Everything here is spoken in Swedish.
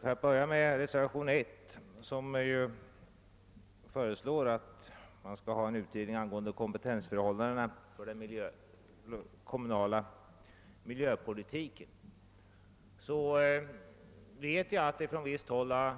För att börja med reservationen 1, som föreslår att vi skall begära en utredning angående kompetensförhållandena för den kommunala miljöpolitiken, vet jag att detta på visst håll har